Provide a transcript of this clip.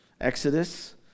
Exodus